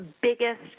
biggest